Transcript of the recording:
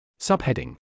Subheading